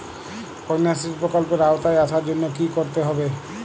কন্যাশ্রী প্রকল্পের আওতায় আসার জন্য কী করতে হবে?